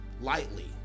lightly